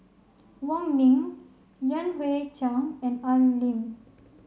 Wong Ming Yan Hui Chang and Al Lim